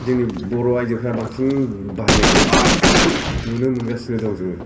जोंनि बर' आइजोफ्रा बांसिन बाहायनायखौ नुनो मोनगासिनो दं जोङो